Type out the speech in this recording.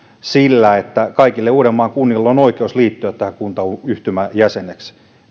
sillä että kaikilla uudenmaan kunnilla on oikeus liittyä tämän kuntayhtymän jäseneksi